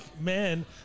men